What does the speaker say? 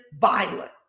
violent